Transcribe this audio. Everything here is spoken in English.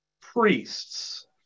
priests